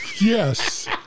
yes